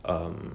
um